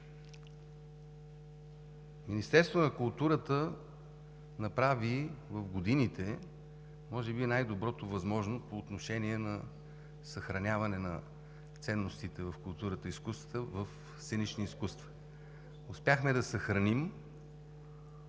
Министерството на културата направи в годините може би възможно най-доброто по отношение на съхраняване на ценностите в културата и изкуствата, в сценичните изкуства. Успяхме да съхраним